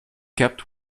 kept